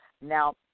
Now